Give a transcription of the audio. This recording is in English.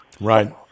Right